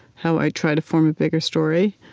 how i try to form a bigger story.